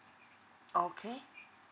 okay